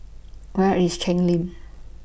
Where IS Cheng Lim